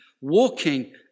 walking